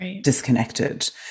disconnected